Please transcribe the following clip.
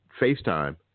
FaceTime